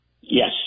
Yes